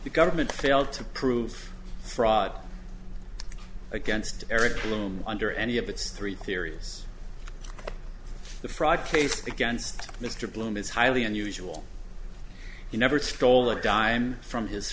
the government failed to prove fraud against eric blum under any of its three theories the fraud case against mr bloom is highly unusual he never stole a dime from his